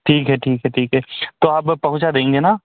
ठीक है ठीक है ठीक है तो आप पहुंचा देंगे ना